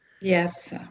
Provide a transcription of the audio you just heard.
Yes